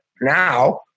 now